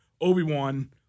Obi-Wan